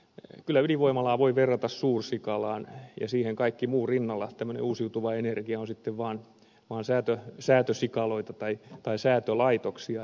kyllä ydinvoimalaa voi verrata suursikalaan ja kaikki muu siinä rinnalla tämmöinen uusiutuva energia on sitten vaan säätösikaloita tai säätölaitoksia